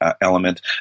element